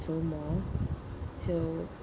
more so